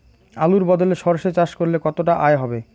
আলুর বদলে সরষে চাষ করলে কতটা আয় হবে?